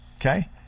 okay